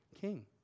king